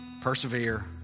persevere